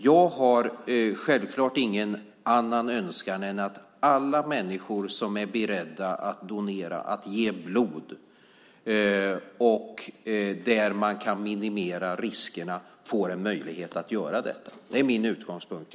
Jag har självklart ingen annan önskan än att alla människor som är beredda att ge blod - och där det går att minimera riskerna - får en möjlighet att göra detta. Det är min utgångspunkt.